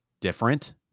different